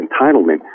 entitlement